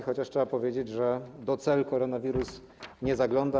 Chociaż trzeba powiedzieć, że do cel koronawirus nie zagląda.